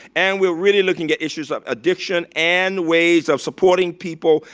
and we're really looking at issues of addiction and ways of supporting people,